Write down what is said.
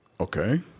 Okay